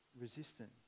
resistant